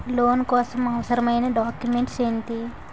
Loan కోసం అవసరమైన documents ఎంటి?